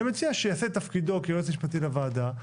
אני מציע שיעשה את תפקידו כיועץ משפטי לוועדה.